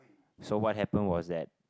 so what happen was that